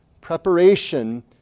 preparation